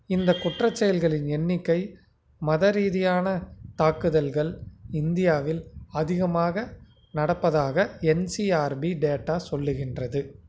இந்த குற்ற செயல்களின் எண்ணிக்கை மத ரீதியான தாக்குதல்கள் இந்தியாவில் அதிகமாக நடப்பதாக என்சிஆர்பி டேட்டா சொல்லுகின்றது